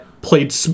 played